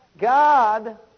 God